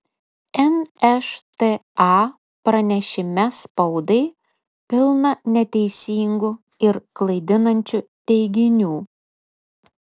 nšta pranešime spaudai pilna neteisingų ir klaidinančių teiginių